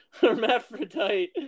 hermaphrodite